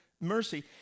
Mercy